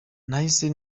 nahise